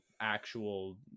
actual